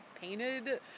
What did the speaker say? painted